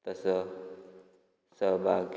तसो सहभाग